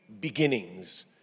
Beginnings